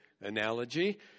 analogy